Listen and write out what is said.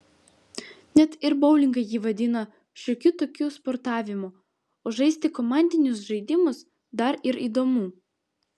net ir boulingą ji vadina šiokiu tokiu sportavimu o žaisti komandinius žaidimus dar ir įdomu